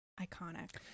Iconic